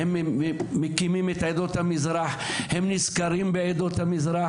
הם מקימים את עדות המזרח ונזכרים בנו,